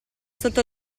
sotto